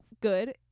good